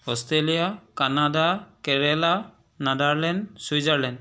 Australia Canada Kerala Netherlands Switzerland